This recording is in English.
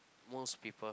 most people